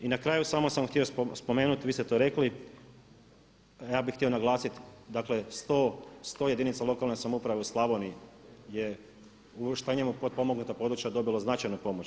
I na kraju samo sam vam htio spomenuti, vi ste to rekli, ja bih htio naglasiti, dakle 100 jedinica lokalne samouprave u Slavoniji je uvrštenjem u potpomognuta područja dobila značajnu pomoć.